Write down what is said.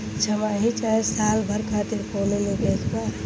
छमाही चाहे साल भर खातिर कौनों निवेश बा का?